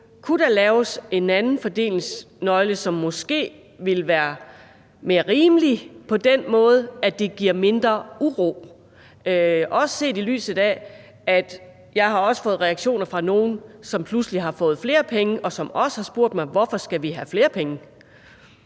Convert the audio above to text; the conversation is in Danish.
kunne laves en anden fordelingsnøgle, som måske ville være mere rimelig på den måde, at det giver mindre uro, også set i lyset af at jeg har fået reaktioner fra nogen, som pludselig har fået flere penge, og som også har spurgt mig: Hvorfor skal vi have flere penge?